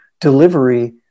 delivery